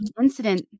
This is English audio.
incident